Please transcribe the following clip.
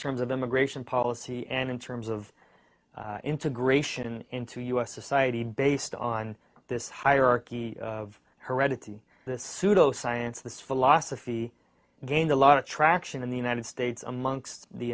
terms of immigration policy and in terms of integration into us society based on this hierarchy of heredity this pseudoscience this philosophy gained a lot of traction in the united states amongst the